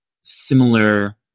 similar